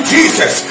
Jesus